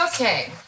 Okay